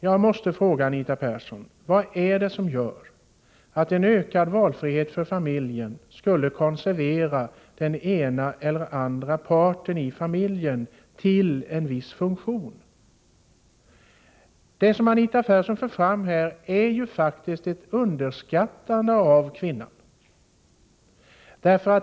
Jag måste fråga Anita Persson: Vad är det som gör att en ökad valfrihet för familjen skulle konservera en viss funktion för den ena eller andra parten i familjen? Det som Anita Persson för fram innebär faktiskt ett underskattande av kvinnan.